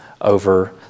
over